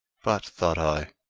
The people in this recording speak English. but, thought i,